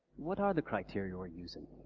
what are the criteria we're using?